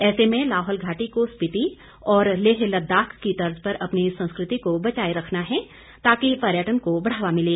ऐसे में लाहौल घाटी को स्पीति और लेह लद्दाख की तर्ज पर अपनी संस्कृति को बचाये रखना है ताकि पर्यटन को बढ़ावा मिले